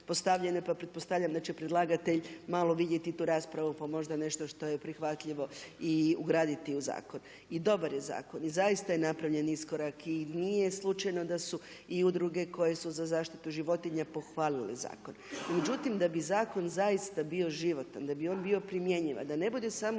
pa pretpostavljam da će predlagatelj malo vidjeti tu raspravu pa možda nešto što je prihvatljivo i ugraditi u zakon. I dobar je zakon i zaista je napravljen iskorak i nije slučajno da su i udruge koje su za zaštitu životinja pohvalile zakon. Međutim, da bi zakon zaista bio životan, da bi on bio primjenjivan, da ne bude samo